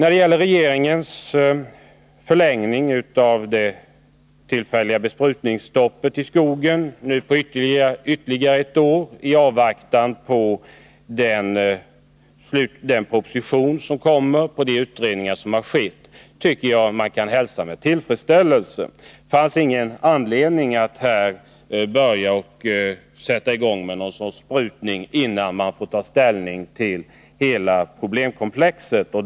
Regeringens förlängning av det tillfälliga besprutningsstoppet i skogen på ytterligare ett år, i avvaktan på den proposition som skall läggas fram efter de utredningar som har gjorts, hälsar jag med tillfredsställelse. Det fanns ingen anledning att sätta i gång med någon besprutning, innan man har fått ta ställning till hela problemkomplexet.